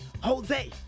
Jose